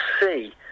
see